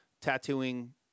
tattooing